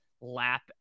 lap